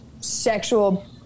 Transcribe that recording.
sexual